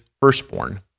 firstborn